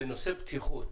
בנושא בטיחות,